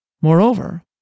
Moreover